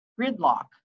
gridlock